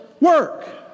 work